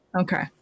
Okay